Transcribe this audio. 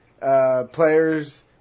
players